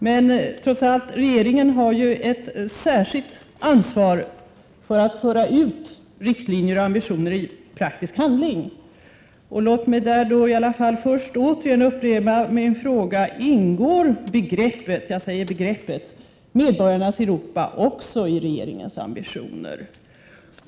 Men regeringen har trots allt ett särskilt ansvar för att föra ut riktlinjer och ambitioner i praktisk handling. Låt mig därför upprepa min fråga: Ingår begreppet — jag säger begreppet — ”medborgarnas Europa” också i regeringens ambitioner?